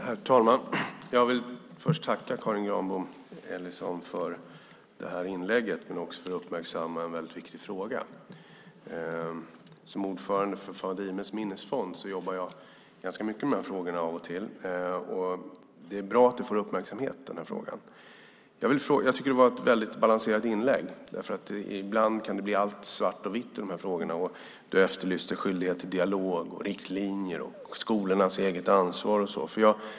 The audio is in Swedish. Herr talman! Jag vill först tacka Karin Granbom Ellison för det här inlägget men också för att hon uppmärksammar en väldigt viktig fråga. Som ordförande för Fadimes minnesfond jobbar jag ganska mycket med de här frågorna, av och till. Det är bra att den här frågan får uppmärksamhet. Jag tycker att det var ett väldigt balanserat inlägg - ibland kan allt bli svart och vitt i de här frågorna. Du efterlyste skyldighet till dialog, riktlinjer och skolornas eget ansvar och så vidare.